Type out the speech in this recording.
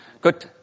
Good